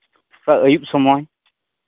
ᱟᱹᱭᱩᱵ ᱥᱚᱢᱚᱭ